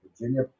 Virginia